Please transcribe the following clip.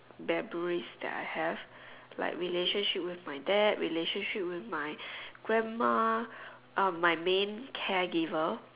memories that I have like relationship with my dad relationship with my grandma uh my main care giver